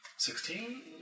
Sixteen